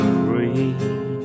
free